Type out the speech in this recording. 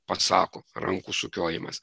pasako rankų sukiojimas